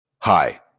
Hi